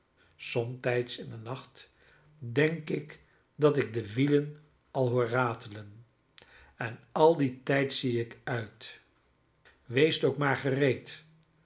somtijds in den nacht denk ik dat ik de wielen al hoor ratelen en al dien tijd zie ik uit weest ook maar gereed